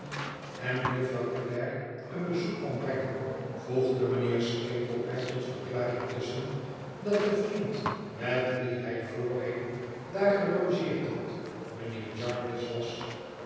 en jufvrouw clare een bezoek kwam brengen voegde mijnheer skimpole er tot verklaring tusschen dat de vriend met wien hij voorheen daar gelogeerd had mijnheer jarndyce was